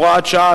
הוראת שעה),